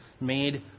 made